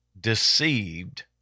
deceived